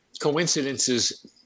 Coincidences